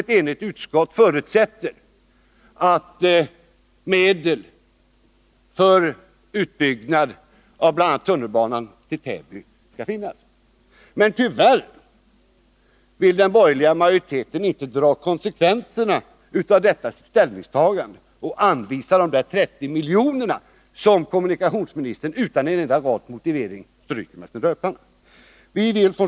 Ett enigt utskott förutsätter också att medel för utbyggnad av bl.a. tunnelbanan till Täby skall finnas. Men tyvärr vill den borgerliga majoriteten inte dra konsekvenserna av detta sitt ställningstagande genom att anvisa de 30 milj.kr. som kommunikationsministern utan en enda rads motivering stryker.